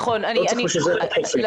לא צריך בשביל זה את החופים.